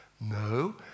No